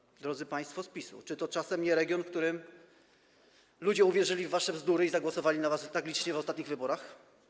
Halo, halo drodzy państwo z PiS-u, czy to czasem nie region, w którym ludzie uwierzyli w wasze bzdury i zagłosowali na was tak licznie w ostatnich wyborach?